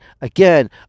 again